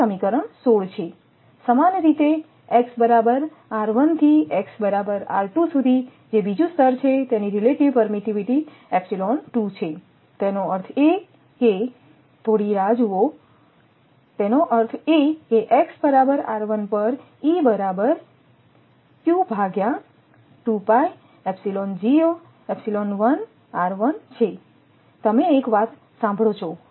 આ સમીકરણ 16 છે સમાન રીતે x 𝑟1 થી x સુધી જે બીજું સ્તર છે તેની રિલેટિવ પરમીટીવીટી છે તેનો અર્થ એ કે થોડી રાહ જુઓ તેનો અર્થ એ કે x બરાબર 𝑟1 પર E બરાબર છે તમે એક વાત સાંભળો છો